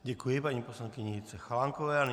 Děkuji paní poslankyni Jitce Chalánkové.